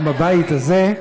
גם בבית הזה,